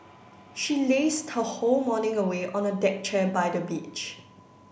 she lazed her whole morning away on a deck chair by the beach